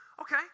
okay